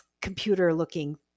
computer-looking